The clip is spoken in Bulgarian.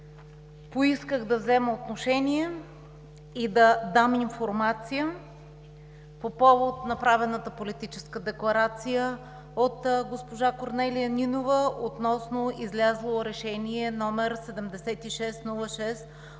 Поисках да взема отношение и да дам информация по повод направената политическа декларация от госпожа Корнелия Нинова относно излязло Решение № 7606